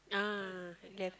ah left